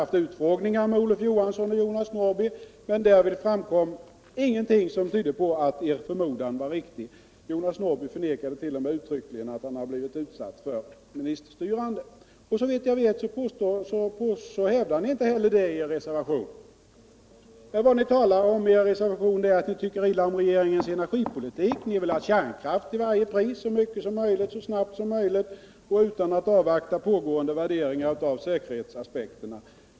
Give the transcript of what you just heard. haft utfrågningar med Olof Johansson och Jonas Norrby, men därvid framkom inget som tydde på att er förmodan var riktig. Jonas Norrby förnekade t.o.m. uttryckligen att han blivit utsatt för ministerstyrande. Såvitt jag vet hävdar ni inte heller det i er reservation. Vad ni talar om i reservationen är att ni tycker illa om regeringens energipolitik. Ni vill ha kärnkraft till varje pris, så mycket som möjligt och så snabbt som möjligt och utan att avvakta pågående värderingar av säkerhetsaspekterna.